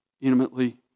intimately